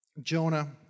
Jonah